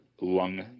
lung